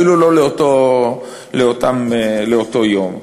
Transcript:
אפילו לא לאותו יום.